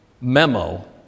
memo